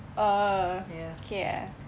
oh okay ah